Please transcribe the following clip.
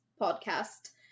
podcast